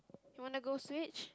you want to go Switch